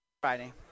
Friday